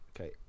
Okay